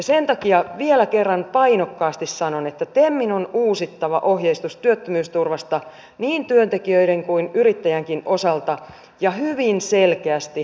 sen takia vielä kerran painokkaasti sanon että temin on uusittava ohjeistus työttömyysturvasta niin työntekijöiden kuin yrittäjänkin osalta ja hyvin selkeästi